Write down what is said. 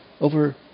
over